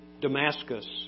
Damascus